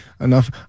enough